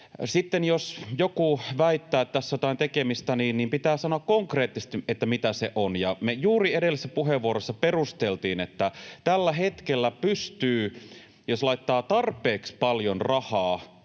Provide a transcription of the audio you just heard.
jos joku väittää, että tässä on jotain tekemistä, niin pitää sanoa konkreettisesti, että mitä se on — ja me juuri edellisessä puheenvuorossa perusteltiin, että tällä hetkellä pystyy, jos laittaa tarpeeksi paljon rahaa